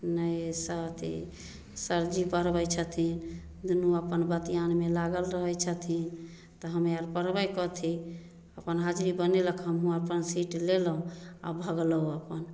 नहि अथी सर जी पढबै छथिन दुनू अपन बतियानमे लागल रहै छथिन तऽ हमे आर पढबै कथी अपन हाजरी बनेलक हमहूँ अपन सीट लेलहुॅं आ भगलहुॅं अपन